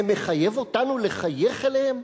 זה מחייב אותנו לחייך אליהם?